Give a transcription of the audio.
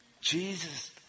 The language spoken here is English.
Jesus